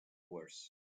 worse